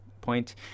point